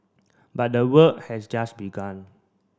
but the work has just begun